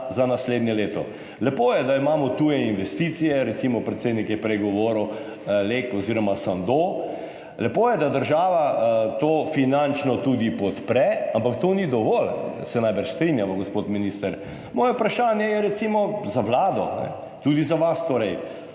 za naslednje leto? Lepo je, da imamo tuje investicije, recimo predsednik je prej govoril Lek oziroma Sandoz, lepo je, da država to finančno tudi podpre, ampak to ni dovolj, se najbrž strinjava, gospod minister. Moje vprašanje recimo za vlado, tudi za vas, je torej: